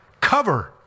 cover